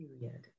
period